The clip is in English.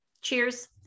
Cheers